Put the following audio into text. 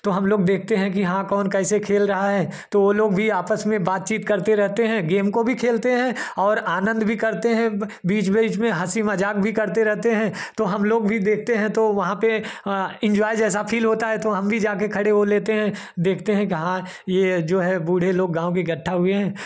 तो हम लोग देखते हैं कि हाँ कौन कैसे खेल रहा है तो वह लोग भी आपस में बातचीत करते रहते हैं गेम को भी खेलते हैं और आनंद भी करते हैं बीच बीच में हँसी मज़ाक भी करते रहते हैं तो हम लोग भी देखते हैं तो वहाँ पर इंजॉय जैसा फील होता है तो हम भी जाकर खड़े हो लेते हैं देखते हैं कि हाँ यह जो है बूढ़े लोग गाँव की इकट्ठा हुए हैं